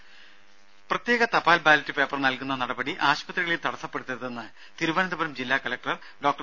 രും പ്രത്യേക തപാൽ ബാലറ്റ് പേപ്പർ നൽകുന്ന നടപടി ആശുപത്രികളിൽ തടസപ്പെടുത്തരുതെന്ന് തിരുവനന്തപുരം ജില്ലാ കലക്ടർ ഡോ